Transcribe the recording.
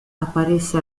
aparece